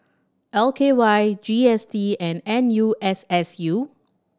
L K Y G S T and N U S S U